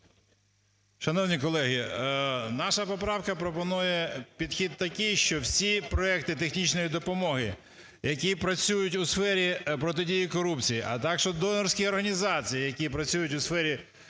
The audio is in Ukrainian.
Шановні колеги, наша поправка пропонує підхід такий, що проекти технічної допомоги, які працюють у сфері протидії корупції, а також донорські організації, які працюють у сфері протидії